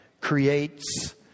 creates